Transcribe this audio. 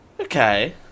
Okay